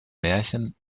märchen